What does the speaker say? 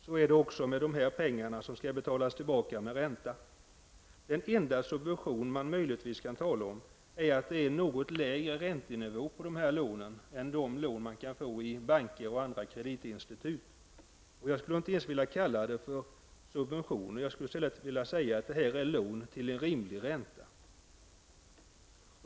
Så är det också med dessa pengar, som skall betalas tillbaka med ränta. Den enda subvention man möjligtvis kan tala om är att det på dessa lån är en något lägre räntenivå än på de lån man kan få i banker och andra kreditinstitut. Jag skulle inte ens vilja kalla det för subventioner, utan jag skulle i stället vilja säga att detta är lån till en rimlig ränta.